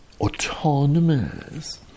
autonomous